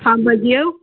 हँ बजियौ